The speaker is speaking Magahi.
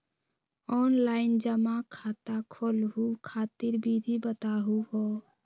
ऑनलाइन जमा खाता खोलहु खातिर विधि बताहु हो?